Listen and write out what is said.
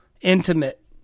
intimate